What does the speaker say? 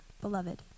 Beloved